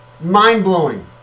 mind-blowing